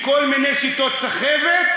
מכל מיני שיטות סחבת,